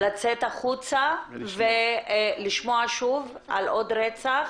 לצאת החוצה ולשמוע שוב על עוד רצח